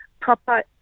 proper